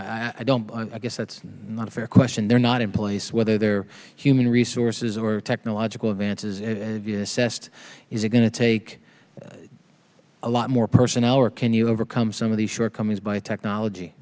e i don't i guess that's not a fair question they're not in place whether they're human resources or technological advances sest these are going to take a lot more personnel or can you overcome some of the shortcomings by technology